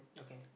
okay